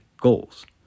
goals